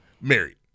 married